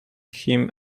him